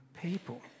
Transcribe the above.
people